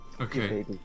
Okay